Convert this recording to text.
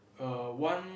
err one